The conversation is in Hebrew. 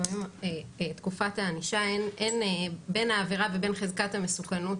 לפעמים אין הלימה בין העבירה לבין חזקת המסוכנות.